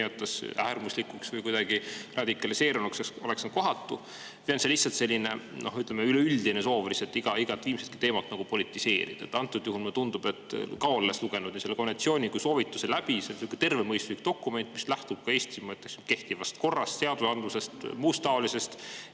nimetas, äärmuslikuks või kuidagi radikaliseerunuks oleks kohatu? Või on see lihtsalt selline üleüldine soov lihtsalt igat viimsetki teemat politiseerida? Antud juhul mulle tundub, olles lugenud nii selle konventsiooni kui ka soovituse läbi, et see on selline tervemõistuslik dokument, mis lähtub ka Eesti mõttes kehtivast korrast, seadusandlusest ja muust taolisest.